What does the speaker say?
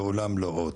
לעולם לא עוד.